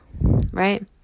right